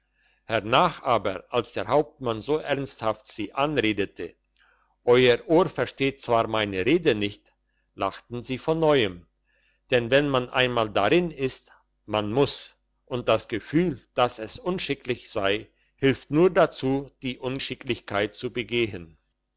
hernach aber als der hauptmann so ernsthaft sie anredete euer ohr versteht zwar meine rede nicht lachten sie von neuem denn wenn man einmal darin ist man muss und das gefühl dass es unschicklich sei hilft nur dazu die unschicklichkeit zu begehen